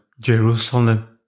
Jerusalem